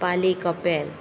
पाली कपेल